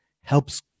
helps